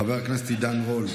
חבר הכנסת עידן רול,